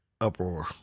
uproar